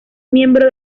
miembro